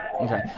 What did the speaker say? Okay